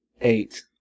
eight